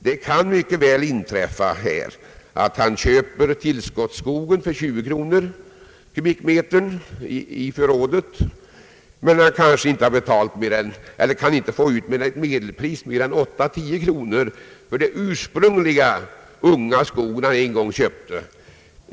Det kan mycket väl inträffa att han köper tillskotts fastighet skogen för 20 kronor kubikmetern i förrådet men ingångsvärdet kanske inte är högre än ett medelpris av 8 å 10 kronor för den ursprungliga unga skogen som han en gång köpte.